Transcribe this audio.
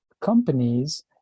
companies